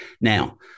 Now